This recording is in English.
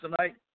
tonight